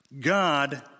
God